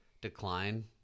decline –